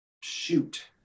Shoot